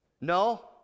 No